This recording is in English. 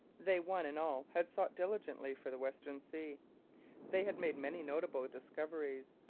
they one and all had sought diligently for the western sea they had made many notable discoveries,